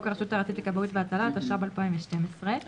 "נוהל פרטני ליצירת קשר וסיוע" נוהל ליצירת קשר וסיוע לפי תקנה 7,